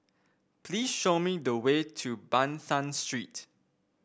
please show me the way to Ban San Street